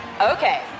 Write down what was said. Okay